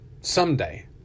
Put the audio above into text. someday